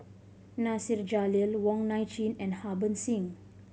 Nasir Jalil Wong Nai Chin and Harbans Singh